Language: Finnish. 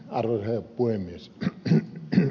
arvoisa herra puhemies